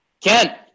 Ken